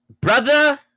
Brother